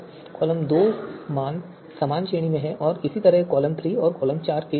column 2 मान समान श्रेणी में हैं और इसी तरह कॉलम 3 और कॉलम 4 के लिए हैं